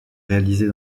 réalisées